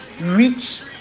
reach